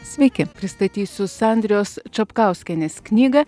sveiki pristatysiu sandrijos čapkauskienės knygą